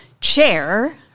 Chair